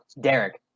Derek